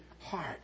heart